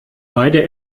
beide